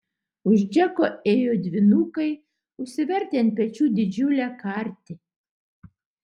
už džeko ėjo dvynukai užsivertę ant pečių didžiulę kartį